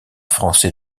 français